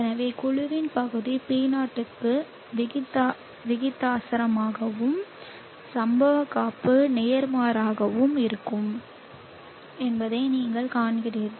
எனவே குழுவின் பகுதி P0 க்கு விகிதாசாரமாகவும் சம்பவ காப்புக்கு நேர்மாறாகவும் இருக்கும் என்பதை நீங்கள் காண்கிறீர்கள்